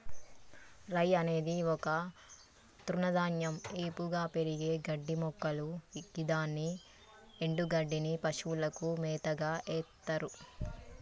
రై అనేది ఒక తృణధాన్యం ఏపుగా పెరిగే గడ్డిమొక్కలు గిదాని ఎన్డుగడ్డిని పశువులకు మేతగ ఎత్తర్